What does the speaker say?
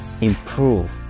improve